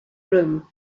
room